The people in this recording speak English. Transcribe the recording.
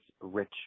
rich